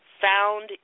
found